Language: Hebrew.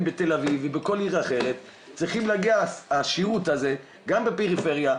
בתל אביב ובכל עיר אחרת צריך להגיע השירות הזה גם לפריפריה,